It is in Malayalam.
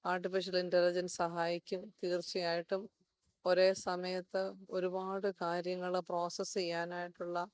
ആർട്ടിഫിഷൽ ഇൻറ്റലിജൻസ് സഹായിക്കും തീർച്ചയായിട്ടും ഒരേസമയത്ത് ഒരുപാട് കാര്യങ്ങൾ പ്രോസസ് ചെയ്യാനായിട്ടുള്ള